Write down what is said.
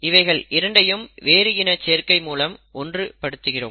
இவைகள் இரண்டையும் வேறு இன சேர்க்கை மூலம் ஒன்று படுத்துகிறோம்